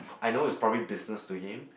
I know is probably business to him